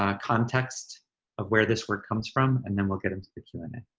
ah context of where this work comes from, and then we'll get into the q and a.